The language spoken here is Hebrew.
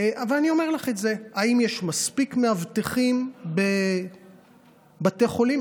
ואני אומר לך, האם יש מספיק מאבטחים בבתי חולים?